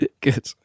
Good